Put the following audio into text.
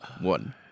one